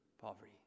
poverty